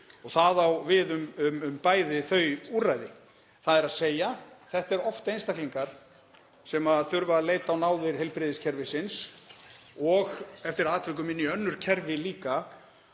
Það á við um bæði þau úrræði, þ.e. þetta eru oft einstaklingar sem þurfa að leita á náðir heilbrigðiskerfisins og eftir atvikum inn í önnur kerfi líka